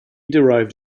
derived